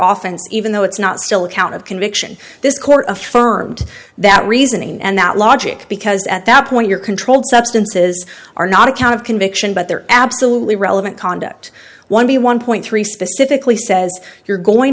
and even though it's not still account of conviction this court affirmed that reasoning and that logic because at that point your controlled substances are not a count of conviction but they're absolutely relevant conduct one by one point three specifically says you're going